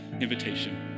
invitation